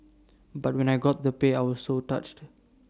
but when I got the pay I was so touched